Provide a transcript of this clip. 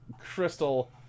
Crystal